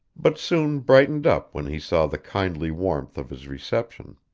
but soon brightened up when he saw the kindly warmth of his reception.